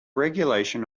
regulation